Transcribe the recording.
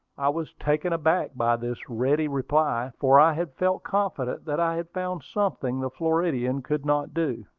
i was taken aback by this ready reply, for i had felt confident that i had found something the floridian could not do.